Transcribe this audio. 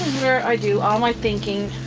where i do all my thinking.